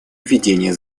ведения